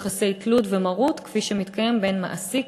יחסי תלות ומרות כפי שמתקיים בין מעסיק,